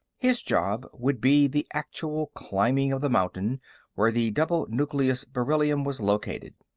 his job would be the actual climbing of the mountain where the double-nucleus beryllium was located.